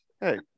hey